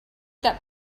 that